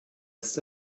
ist